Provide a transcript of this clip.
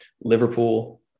Liverpool